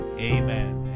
Amen